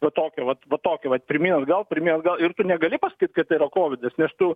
va tokia vat va tokį vat pirmyn atgal pirmyn atgal ir tu negali pasakyti kad tai yra kovidas nes tu